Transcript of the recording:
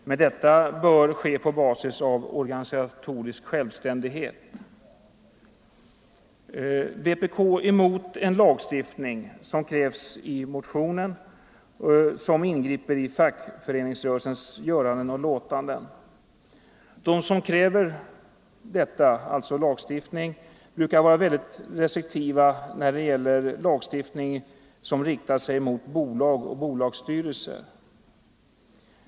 Men detta bör ske på basis av organisatorisk självständighet. Vpk är emot en lagstiftning —- som krävs i motionen — som ingriper i fackföreningsrörelsens göranden och låtanden. De som kräver lagstiftning i det här sammanhanget brukar vara väldigt restriktiva när det gäller lagstiftning som riktar sig mot bolag och bolagsstyrelser.